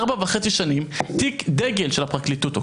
ארבע וחצי שנים, תיק דגל של הפרקליטות.